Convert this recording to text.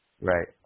Right